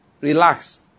relax